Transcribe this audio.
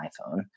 iPhone